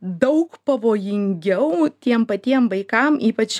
daug pavojingiau tiem patiem vaikam ypač